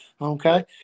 Okay